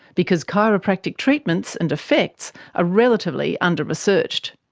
because chiropractic treatments and effects are relatively under-researched.